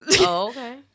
okay